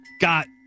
got